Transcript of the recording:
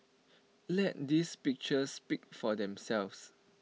let these pictures speak for themselves